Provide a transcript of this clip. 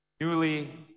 newly